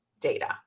data